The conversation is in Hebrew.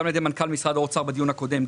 גם על ידי מנכ"ל משרד האוצר בדיון הקודם,